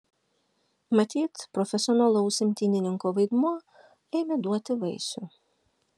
matyt profesionalaus imtynininko vaidmuo ėmė duoti vaisių